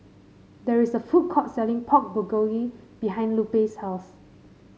there is a food court selling Pork Bulgogi behind Lupe's house